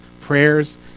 prayers